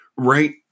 Right